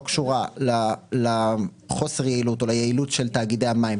קשורה לחוסר יעילות או ליעילות של תאגידי המים.